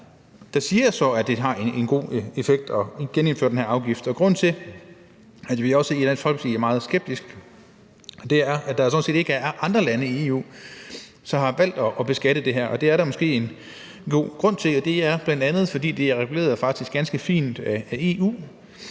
der indikerer, at det har en god effekt at genindføre den her afgift. Grunden til, at vi i Dansk Folkeparti er meget skeptiske, er, at der sådan set ikke er andre lande i EU, som har valgt at beskatte det her, og det er der måske en god grund til. Det er bl.a., fordi det faktisk er reguleret ganske fint af EU.